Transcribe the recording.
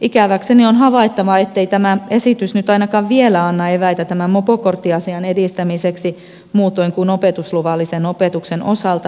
ikäväkseni on havaittava ettei tämä esitys nyt ainakaan vielä anna eväitä tämän mopokorttiasian edistämiseksi muutoin kuin opetusluvallisen opetuksen osalta